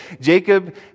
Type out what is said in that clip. Jacob